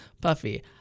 puffy